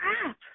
crap